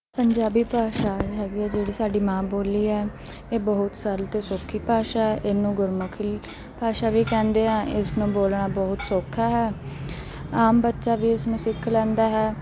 ਪੰਜਾਬੀ ਭਾਸ਼ਾ ਹੈਗੀ ਆ ਜਿਹੜੀ ਸਾਡੀ ਮਾਂ ਬੋਲੀ ਹੈ ਇਹ ਬਹੁਤ ਸਰਲ ਅਤੇ ਸੌਖੀ ਭਾਸ਼ਾ ਇਹਨੂੰ ਗੁਰਮੁਖੀ ਭਾਸ਼ਾ ਵੀ ਕਹਿੰਦੇ ਆ ਇਸ ਨੂੰ ਬੋਲਣਾ ਬਹੁਤ ਸੌਖਾ ਹੈ ਆਮ ਬੱਚਾ ਵੀ ਉਸਨੂੰ ਸਿੱਖ ਲੈਂਦਾ ਹੈ